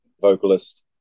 vocalist